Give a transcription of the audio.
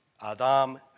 Adam